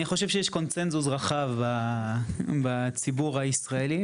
אני חושב שיש קונצנזוס רחב בציבור הישראלי,